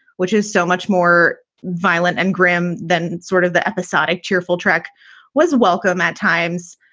which is so much more violent and grim than sort of the episodic cheerful trek was welcome at times.